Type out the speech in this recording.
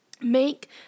Make